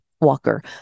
walker